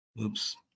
Oops